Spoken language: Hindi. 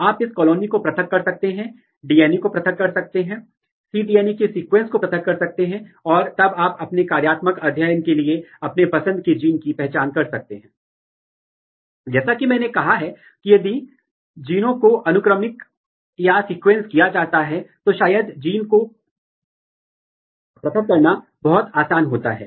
तो आप किसी भी टैग के साथ अपने प्रोटीन को टैग कर सकते हैं और फिर आप टैग के खिलाफ एंटीबॉडी का उपयोग कर सकते हैं और आप पौधे के कुल एक्सट्रैक्ट से पुल डाउन कर सकते हैं और फिर जांच कर सकते हैं अथवा उस जीन के साथ जिसके साथ आप इंटरेक्शन दिखाना चाहते हैं उसके साथ इम्यून ब्लाटिंग कर सकते हैं